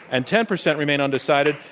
and ten percent remain undecided.